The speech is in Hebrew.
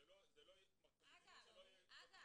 אגב,